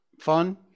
Fun